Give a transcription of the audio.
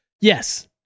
yes